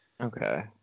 Okay